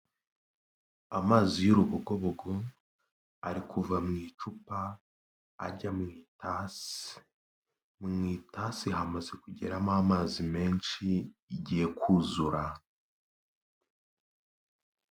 Amazi y'urugogobogu ari kuva mu icupa ajya mu itasi, mu itasi hamaze kugeramo amazi menshi, igiye kuzura.